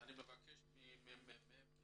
אני מבקש מד"ר